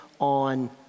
on